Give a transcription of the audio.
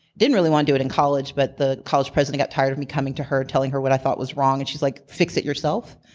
didn't really wanna do it in college, but the college president got tired of me coming to her, telling her what i thought was wrong. and she's like, fix it yourself.